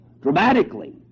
dramatically